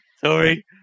sorry